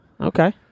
Okay